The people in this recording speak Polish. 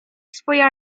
swoje